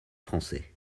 français